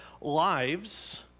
lives